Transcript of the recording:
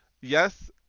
yes